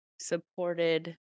Supported